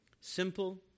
Simple